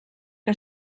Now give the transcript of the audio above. que